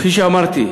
כפי שאמרתי,